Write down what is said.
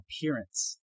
appearance